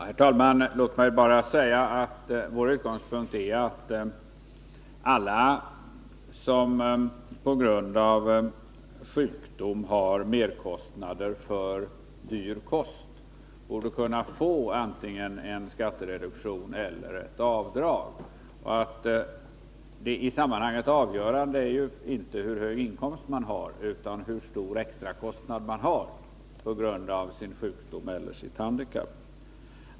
Herr talman! Låt mig bara säga att vår utgångspunkt är att alla som på grund av sjukdom har merkostnader för dyr kost bör kunna få antingen en skattereduktion eller ett avdrag. Det i sammanhanget avgörande är inte hur hög inkomst man har utan hur stora extrakostnader man har på grund av sin sjukdom eller sitt handikapp.